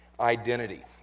Identity